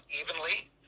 evenly